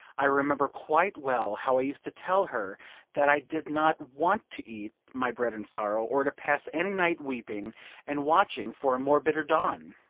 i remember quite well how i used to tell her that i did not want to eat my bread in sorrow, or to pass any night weeping and watching for a more bitter dawn.